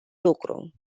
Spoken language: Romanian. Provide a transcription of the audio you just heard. lucru